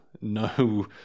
no